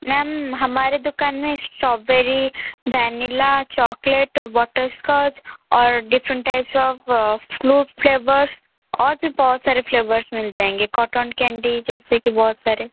ma'am हमारी दुकान में इस्टॉबेरी वेनिला चॉकलेट बटरस्कॉच और different types of fruit flavours और भी बहुत सारे फ़्लेवर्स मिल जाएंगे कॉटन केन्डी जैसे भी बहुत सारे